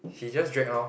he just drag lor